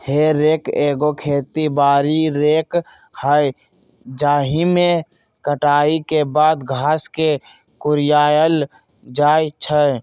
हे रेक एगो खेती बारी रेक हइ जाहिमे कटाई के बाद घास के कुरियायल जाइ छइ